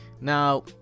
Now